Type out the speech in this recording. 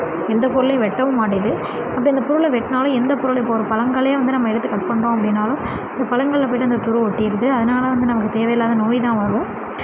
எந்த பொருளையும் வெட்டவும் மாட்டேங்து அப்படி அந்த பொருளை வெட்டினாலும் எந்த பொருளை இப்பவொரு பழங்களே வந்து நம்ம எடுத்து கட் பண்ணுறோம் அப்படின்னாலும் அந்த பழங்களில் போய்ட்டு அந்த துரு ஒட்டிகுது அதனால் வந்து நமக்கு தேவையில்லாத நோய்தான் வரும்